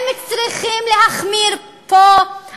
אם צריכים להחמיר פה,